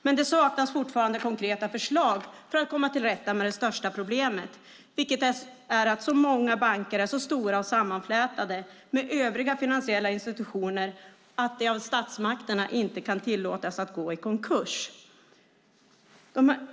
Men det saknas fortfarande konkreta förslag för att komma till rätta med det största problemet, vilket är att många banker är så stora och sammanflätade med övriga finansiella institutioner att de av statsmakterna inte kan tillåtas att gå i konkurs.